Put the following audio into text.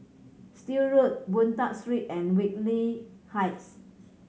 Still Road Boon Tat Street and Whitley Heights